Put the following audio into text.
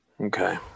Okay